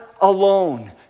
alone